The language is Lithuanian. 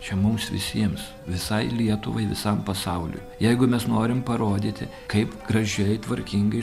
čia mums visiems visai lietuvai visam pasauliui jeigu mes norim parodyti kaip gražiai tvarkingai